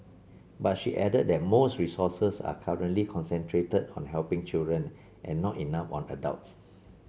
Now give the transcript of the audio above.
but she added that most resources are currently concentrated on helping children and not enough on adults